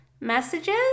messages